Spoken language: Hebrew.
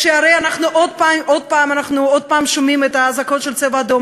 שהרי אנחנו עוד פעם שומעים את האזעקות של "צבע אדום",